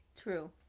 True